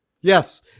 Yes